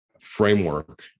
framework